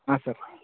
ಹಾಂ ಸರ್